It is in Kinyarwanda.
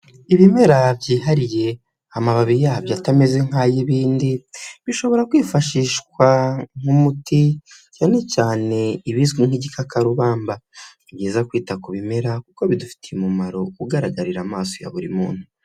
Ibimera byihariye amababi yabyo atameze nk'ay'ibindi bishobora kwifashishwa nk'umuti cyane cyane ibizwi nk'igikakarubamba. Nibyiza kwita ku bimera kuko bidufitiye umumaro ugaragarira amaso ya buri muntu.